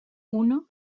uno